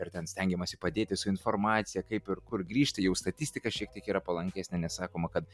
ir ten stengiamasi padėti su informacija kaip ir kur grįžti jau statistika šiek tiek yra palankesnė nes sakoma kad